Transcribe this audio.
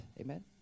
Amen